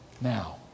now